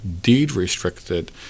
deed-restricted